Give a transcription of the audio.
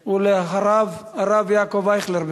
ואחריו, הרב יעקב אייכלר.